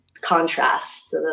contrast